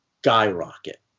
skyrocket